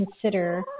consider